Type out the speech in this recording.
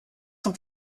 cent